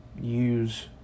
use